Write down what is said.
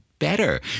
better